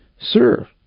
Sir